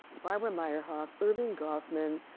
barbara meiherhof, erving goffman,